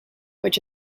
which